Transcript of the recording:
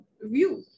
view